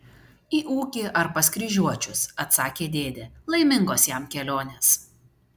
į ūkį ar pas kryžiuočius atsakė dėdė laimingos jam kelionės